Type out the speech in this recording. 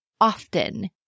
often